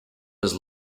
was